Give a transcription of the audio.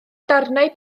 darnau